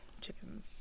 chicken